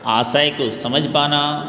आशय को समझ पाना